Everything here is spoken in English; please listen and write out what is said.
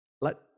Let